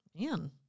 man